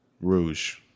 Rouge